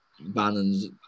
Bannon's